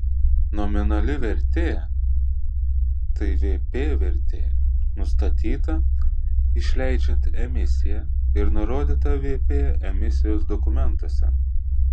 nominali vertė tai vp vertė nustatyta išleidžiant emisiją ir nurodyta vp emisijos dokumentuose